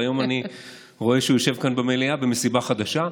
והיום אני רואה שהוא יושב כאן במליאה במסיבה חדשה.